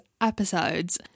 episodes